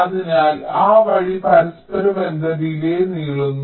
അതിനാൽ ആ വഴി പരസ്പരബന്ധന ഡിലേയ് നീളുന്നു